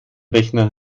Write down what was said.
rechner